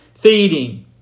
feeding